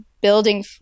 building